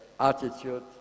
attitude